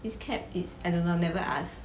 his CAP is I don't know never ask